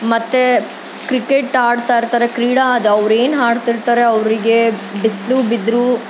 ಮತ್ತು ಕ್ರಿಕೆಟ್ ಆಡ್ತಾ ಇರ್ತಾರೆ ಕ್ರೀಡಾದ ಅವ್ರು ಏನ್ ಆಡ್ತಿರ್ತಾರೆ ಅವರಿಗೆ ಬಿಸಿಲು ಬಿದ್ದರೂ